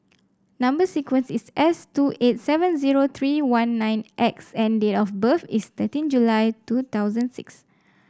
number sequence is S two eight seven zero three one nine X and date of birth is thirteen July two thousand six